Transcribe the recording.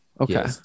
Okay